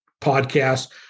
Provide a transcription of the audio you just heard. podcast